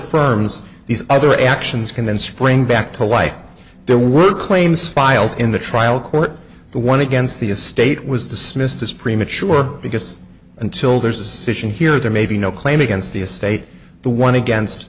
affirms these other actions can then spring back to life there were claims filed in the trial court the one against the estate was dismissed as premature because until there's a citizen here there may be no claim against the estate the one against